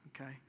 Okay